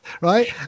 right